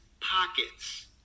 pockets